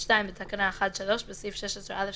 (2) בתקנה 1(3), בסעיף 16א שבה,